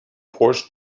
porsche